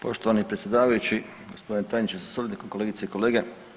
Poštovani predsjedavajući, gospodine tajniče sa suradnikom, kolegice i kolege.